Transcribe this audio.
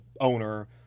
owner